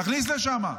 להכניס לשם.